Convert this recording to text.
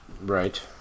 Right